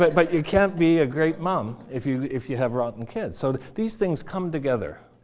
but but you can't be a great mom if you if you have rotten kids. so these things come together,